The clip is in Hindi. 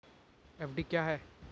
एफ.डी क्या है?